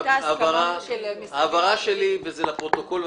ההבהרה שלי וזה לפרוטוקול,